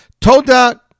Toda